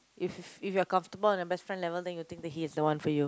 if if you are comfortable on a best friend level then you think that he is the one for you